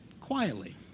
quietly